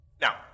Now